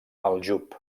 aljub